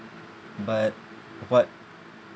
but what